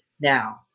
now